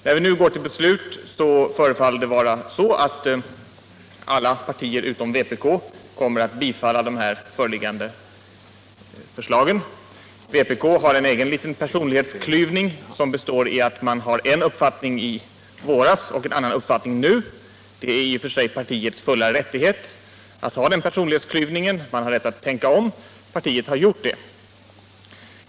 När vi nu går till beslut förefaller det vara så att alla partier utom vpk kommer att rösta för de föreliggande förslagen. Vpk har råkat ut för den personlighetsklyvningen att man hade en uppfattning i våras och har en annan uppfattning nu. Partiet har naturligtvis i och för sig full rätt att tänka om, och det har partiet gjort.